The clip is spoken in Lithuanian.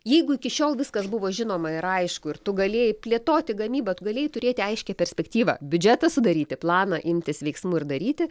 jeigu iki šiol viskas buvo žinoma ir aišku ir tu galėjai plėtoti gamybą galėjai turėti aiškią perspektyvą biudžetą sudaryti planą imtis veiksmų ir daryti